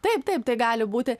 taip taip tai gali būti